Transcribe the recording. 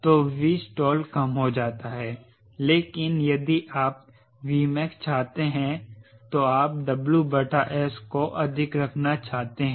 तो Vstall कम हो जाता है लेकिन यदि आप Vmax चाहते हैं तो आप WS को अधिक रखना चाहते हैं